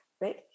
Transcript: right